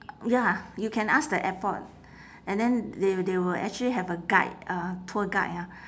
ya you can ask the airport and then they they will actually have a guide a tour guide ah